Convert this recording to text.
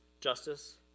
Justice